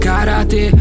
Karate